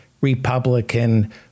Republican